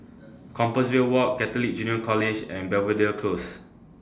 Compassvale Walk Catholic Junior College and Belvedere Close